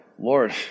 Lord